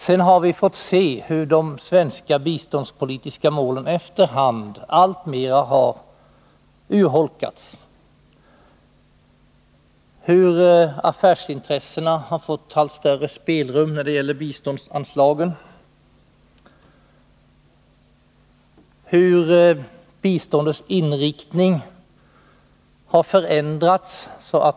Sedan har vi fått se hur de svenska biståndspolitiska målen efter hand alltmer har urholkats, hur affärsintressena har fått allt större spelrum när det gäller biståndsanslagen, hur biståndets inriktning har förändrats.